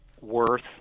Worth